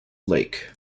lake